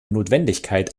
notwendigkeit